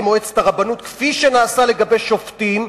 מועצת הרבנות כפי שנעשה לגבי שופטים,